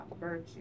virtue